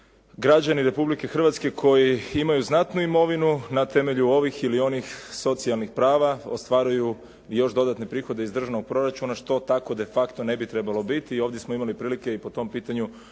građani Republike Hrvatske koji imaju znatnu imovinu na temelju ovih ili onih socijalnih prava, ostvaruju još dodatne prihode iz državnog proračuna što tako de facto ne bi trebalo biti. I ovdje smo imali prilike i po tom pitanju čuti